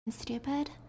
stupid